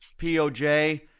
POJ